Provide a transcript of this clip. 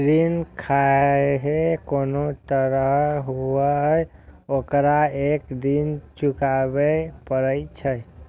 ऋण खाहे कोनो तरहक हुअय, ओकरा एक दिन चुकाबैये पड़ै छै